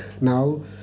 now